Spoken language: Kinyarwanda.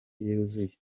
yuzuye